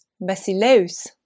basileus